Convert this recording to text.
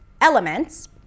elements